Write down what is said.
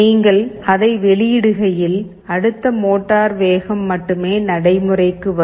நீங்கள் அதை வெளியிடுகையில் அடுத்த மோட்டார் வேகம் மட்டுமே நடைமுறைக்கு வரும்